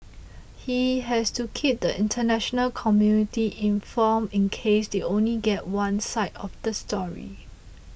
he has to keep the international community informed in case they only get one side of the story